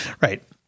Right